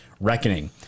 reckoning